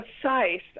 precise